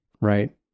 right